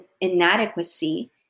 inadequacy